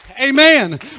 Amen